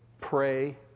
Pray